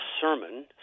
sermon